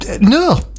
no